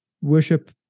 worship